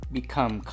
become